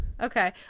Okay